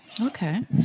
Okay